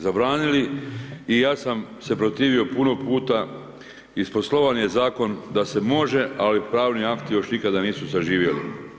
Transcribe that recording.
Zabranili i ja sam se protivio puno puta, isposlovan je Zakon da se može, ali pravni akti još nikada nisu saživjeli.